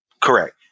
Correct